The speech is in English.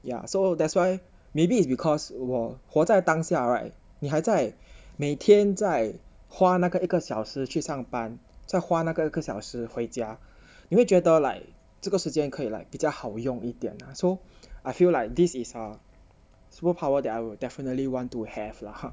ya so that's why maybe it's because 我活在当下 right 你还在每天在花那个一个小时去上班再花那个一个小时回家你会觉得 like 这个时间可以来比较好用一点 lah so I feel like this is ah superpower that I would definitely want to have lah ha